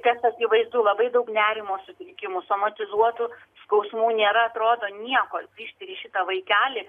tas akivaizdu labai daug nerimo sutrikimų somatizuotų skausmų nėra atrodo nieko ištiri šitą vaikelį